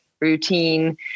routine